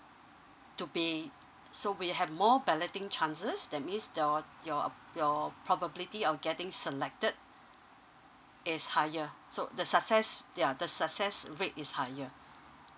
to be so we have more balloting chances that means your your your probability of getting selected is higher so the success yeah the success rate is higher